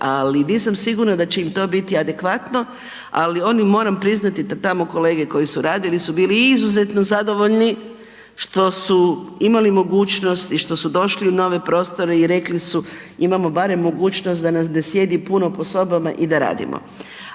ali nisam sigurna da će im to biti adekvatno, ali oni, moram priznati da tamo kolege koji su radili su bili izuzetno zadovoljni što su imali mogućnost i što su došli u nove prostore i rekli su imamo barem mogućnost da nas ne sjedi puno po sobama i da radimo.